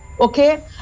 okay